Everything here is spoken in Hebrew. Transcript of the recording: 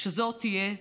שזאת תהיה,